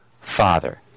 Father